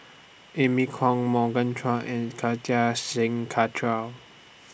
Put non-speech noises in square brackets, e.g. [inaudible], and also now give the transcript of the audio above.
Amy Khor Morgan Chua and Kartar Singh [unintelligible]